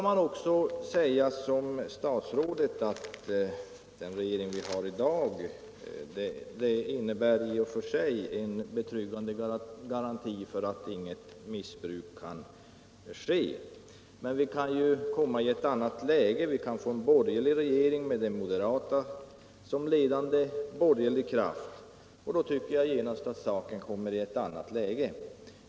Man kan säga som statsrådet att den regering vi har i dag i och för sig innebär en betryggande garanti för att inget missbruk kan ske. Men vi kan ju få en annan regering, en borgerlig regering med de moderata som ledande kraft, och då tycker jag att saken genast kommer i ett annat läge.